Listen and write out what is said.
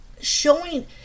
showing